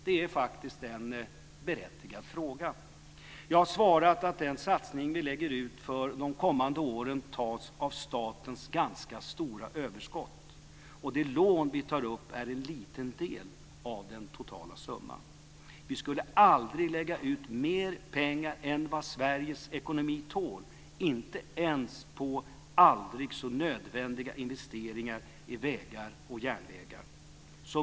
Det är en berättigad fråga. Jag har svarat att den satsning som vi gör de kommande åren tas av statens ganska stora överskott. De lån vi tar upp är en liten del av den totala summan. Vi skulle aldrig lägga ut mer pengar än vad Sveriges ekonomi tål, inte ens på aldrig så nödvändiga investeringar i vägar och järnvägar.